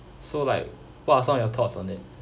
so like what are some of your thoughts on it